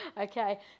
Okay